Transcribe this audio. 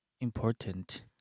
important